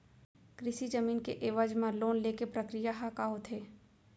कृषि जमीन के एवज म लोन ले के प्रक्रिया ह का होथे?